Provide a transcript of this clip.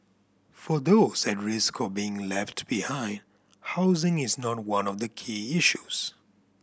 for those at risk of being left behind housing is not one of the key issues